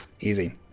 Easy